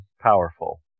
powerful